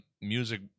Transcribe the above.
music